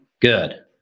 Good